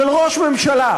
של ראש ממשלה,